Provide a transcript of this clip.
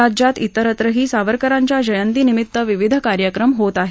राज्यात विस्त्रही सावरकरांच्या जयंतीनिमित्त विविध कार्यक्रम होत आहेत